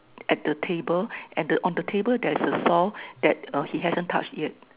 at the table and the on the table there's a saw that he hasn't touch yet